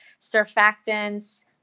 surfactants